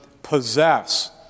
possess